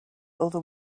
other